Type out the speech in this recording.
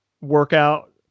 workout